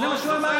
זה מה שהוא אמר.